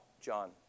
John